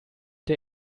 der